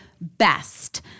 BEST